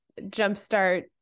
jumpstart